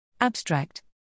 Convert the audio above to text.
Abstract